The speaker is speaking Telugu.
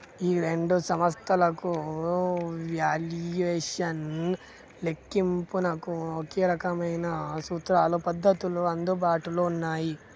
ఈ రెండు సంస్థలకు వాల్యుయేషన్ లెక్కింపునకు ఒకే రకమైన సూత్రాలు పద్ధతులు అందుబాటులో ఉన్నాయి